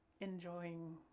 enjoying